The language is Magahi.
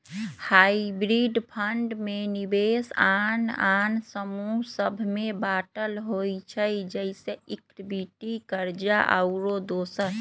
हाइब्रिड फंड में निवेश आन आन समूह सभ में बाटल होइ छइ जइसे इक्विटी, कर्जा आउरो दोसर